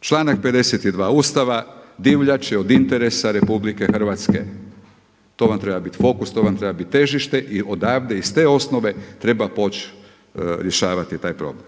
Članak 52. Ustava divljač je od interesa Republike Hrvatske to vam treba bit fokus, to vam treba bit težište i odavde iz te osnove treba poći rješavati taj problem.